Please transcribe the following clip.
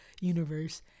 universe